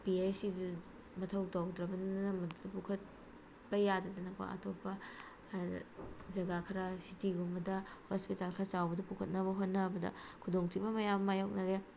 ꯄꯤ ꯑꯩꯁ ꯁꯤꯗꯨ ꯃꯊꯧ ꯇꯧꯗ꯭ꯔꯕꯅꯤꯅ ꯃꯗꯨꯗ ꯄꯨꯈꯠꯄ ꯌꯥꯗꯗꯅꯀꯣ ꯑꯇꯣꯞꯄ ꯖꯒꯥ ꯈꯔ ꯁꯤꯇꯤꯒꯨꯝꯕꯗ ꯍꯣꯁꯄꯤꯇꯥꯜ ꯈꯔ ꯆꯥꯎꯕꯗ ꯄꯨꯈꯠꯅꯕ ꯍꯣꯠꯅꯕꯗ ꯈꯨꯗꯣꯡꯊꯤꯕ ꯃꯌꯥꯝ ꯑꯃ ꯃꯥꯏꯌꯣꯛꯅꯔꯦ